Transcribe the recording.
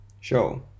sure